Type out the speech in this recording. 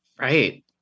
Right